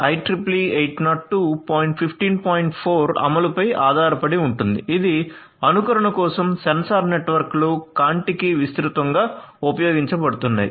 4 అమలుపై ఆధారపడి ఉంటుంది ఇది అనుకరణ కోసం సెన్సార్ నెట్వర్క్లు కాంటికి విస్తృతంగా ఉపయోగించబడుతున్నాయి